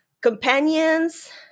companions